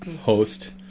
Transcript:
host